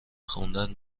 خوندن